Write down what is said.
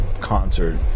concert